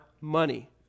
money